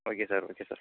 okay sir okay sir